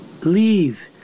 leave